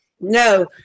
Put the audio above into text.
No